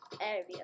area